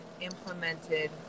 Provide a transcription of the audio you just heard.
implemented